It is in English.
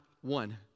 one